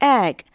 egg